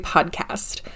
Podcast